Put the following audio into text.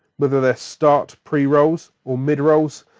whether they're start pre-rolls, or mid-rolls.